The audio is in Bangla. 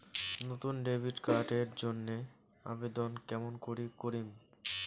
নতুন ডেবিট কার্ড এর জন্যে আবেদন কেমন করি করিম?